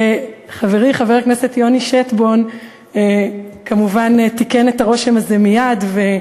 וחברי חבר הכנסת יוני שטבון כמובן תיקן את הרושם הזה מייד.